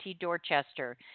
Dorchester